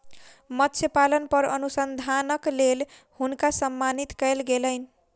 मत्स्य पालन पर अनुसंधानक लेल हुनका सम्मानित कयल गेलैन